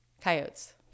Coyotes